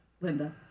Linda